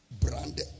branded